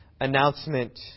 announcement